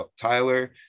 Tyler